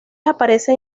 aparecen